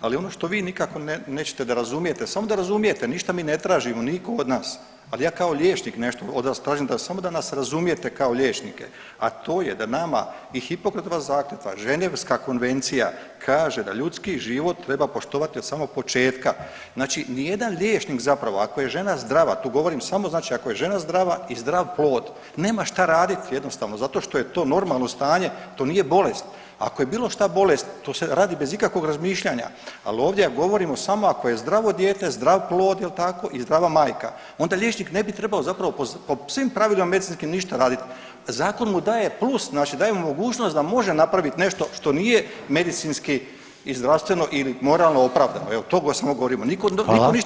ali ono što vi nikako nećete da razumijete, samo da razumijete, ništa mi ne tražite, niko od nas, ali ja kao liječnik nešto od vas tražim da samo da nas razumijete kao liječnike, a to je da nama i Hipokratova zakletva i Ženevska konvencija kaže da ljudski život treba poštovati od samog početka, znači nijedan liječnik zapravo ako je žena zdrava, tu govorim samo znači ako je žena zdrava i zdrav plod nema šta raditi jednostavno zato što je to normalno stanje, to nije bolest, ako je bilo šta bolest to se radi bez ikakvog razmišljanja, al ovdje ja govorim o samo ako je zdravo dijete, zdrav plod jel tako i zdrava majka onda liječnik ne bi trebao zapravo po svim pravilima medicinskim ništa radit, zakon mu daje plus, znači daje mu mogućnost da može napravit nešto što nije medicinski i zdravstveno ili moralno opravdano, evo o tome samo govorimo, niko ništa ne zabranjuje.